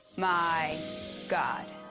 my god.